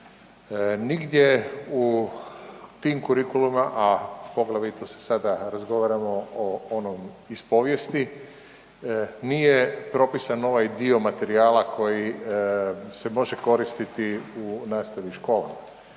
Nigdje u tim kurikulumima, a poglavito se sada razgovaramo o onom iz povijesti nije propisan ovaj dio materijala koji se može koristiti u nastavi u školama.